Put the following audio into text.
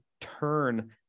turn